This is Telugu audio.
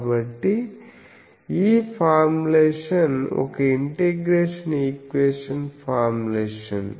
కాబట్టిఈ ఫార్ములేషన్ ఒక ఇంటిగ్రేషన్ ఈక్వేషన్ ఫార్ములేషన్